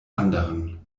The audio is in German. anderen